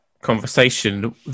conversation